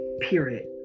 period